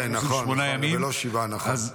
כן, נכון, למה שמונה ולא שבעה, נכון.